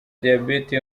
diabete